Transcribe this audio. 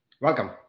Welcome